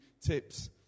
tips